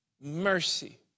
mercy